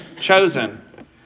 chosen